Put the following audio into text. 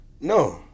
No